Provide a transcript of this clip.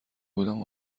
بودم